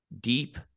deep